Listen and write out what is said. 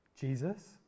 Jesus